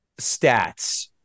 stats